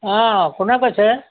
অঁ কোনে কৈছে